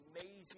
amazing